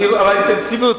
אבל האינטנסיביות,